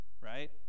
Right